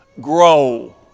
grow